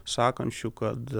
sakančių kad